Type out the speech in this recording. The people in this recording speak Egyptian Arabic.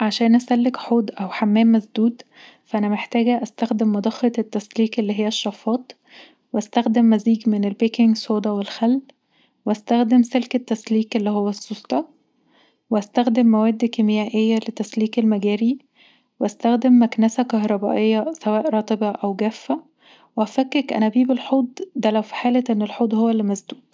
عشان أسلك حوض او حمام مسدود فأنا محتاجه أستخدم مضخة التسليك اللي هي الشفاط واستخدم مزيج من البيكينج صودا والخل واستخدم سلك التسليك اللي هو السوسته واستخدم مواد كميائيه لتسليك المجاري واستخدم مكنسة كهربائية سواء رطبه او جافه وأفكك انابيب الحوض ده في حالة ان الحوض هو اللي مسدود